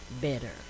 better